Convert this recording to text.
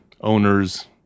owners